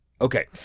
Okay